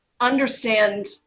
understand